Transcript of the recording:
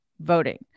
voting